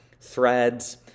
threads